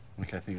Okay